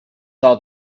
saw